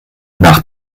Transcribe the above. nach